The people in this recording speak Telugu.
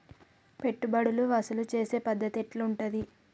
పెట్టుబడులు వసూలు చేసే పద్ధతి ఎట్లా ఉంటది?